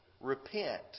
Repent